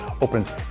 opens